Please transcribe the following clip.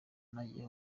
nagiye